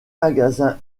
magasin